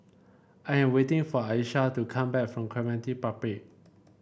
I am waiting for Alysha to come back from Clementi Public